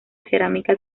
cerámica